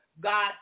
God